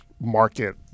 market